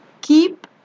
keep